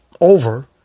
over